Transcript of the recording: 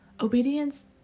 Obedience